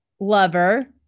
Lover